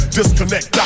disconnect